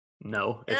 No